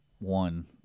one